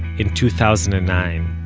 in two thousand and nine,